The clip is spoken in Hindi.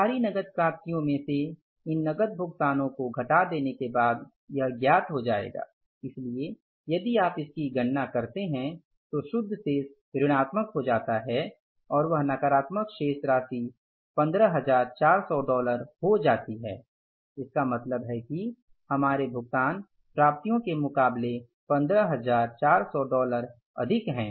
सारी नकद प्राप्तियां में से इन नकद भुगतानों को घटा देने के बाद यह ज्ञात हो जायेगा इसलिए यदि आप इसकी गणना करते हैं तो शुद्ध शेष ऋणात्मक हो जाता है और वह नकारात्मक शेष राशि 15400 डॉलर हो जाती है इसका मतलब है कि हमारे भुगतान प्राप्तियों के मुकाबले 15400 डॉलर अधिक हैं